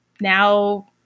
now